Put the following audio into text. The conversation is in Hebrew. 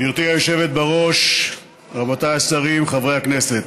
גברתי היושבת-ראש, רבותיי השרים, חברי הכנסת,